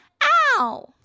Ow